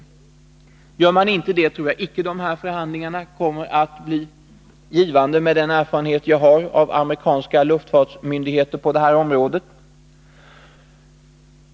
Gör man inte det tror jag icke — med den erfarenhet jag har av amerikanska luftfartsmyndigheter på det här området — att förhandlingarna kommer att bli givande.